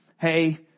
hey